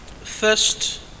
First